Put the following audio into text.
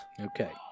Okay